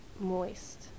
Moist